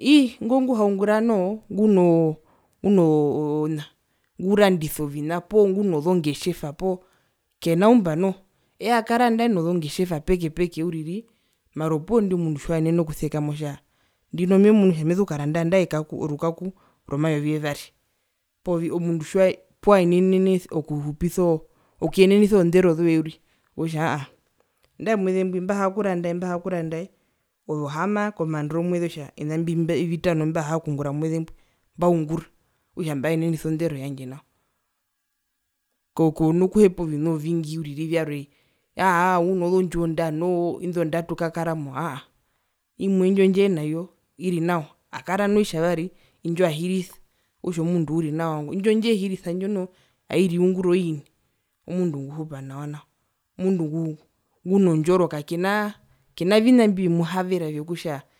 ii ingwi nguhaungura noho nguno nguno na ngurandisa ovina poo ngunozongetjeva poo kena umbwa noho eye akara nangae nozongetjeva peke peke mara opuwo ingo mundu tjiwaenene okusekama otja ndino memunu kutja meso kukaranda nandae orukaku romayovi yevari poovi omundu tjiwai puwaenene okuhupisa oo okuyenenisa ozondero zoye uriri okutja aa aa nandae omweze mbwi mbahaa kurandae mbahakurandae ove ohaama komaandero womweze otja ovina imbi vitano mbimbahara okungura omweze mbwi mbaungura okutja mbaenenisa ondero yandje nao ko konakuhepa ovina ovingi uriri vyarwe aa aa unozondjiwo ndanoo indo ndatu kakaramo aa aa imwe ndjo ndjenayo iri nawa akara noitjavari indjo ahirisa okutja omundu uri nawa ngo indjo ndjehirisa ndjo noho airiungura oini omundu nguhupa nawa nao omundu ngu ngunondjoroka kenaa kena vina mbyemuhavera vyokutja